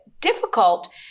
difficult